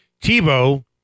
Tebow